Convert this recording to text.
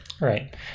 right